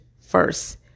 first